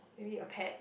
maybe a pet